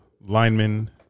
linemen